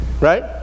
Right